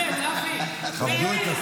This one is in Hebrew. אבי --- תכבדו את השר.